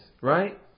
right